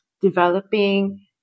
developing